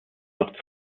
noch